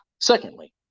Secondly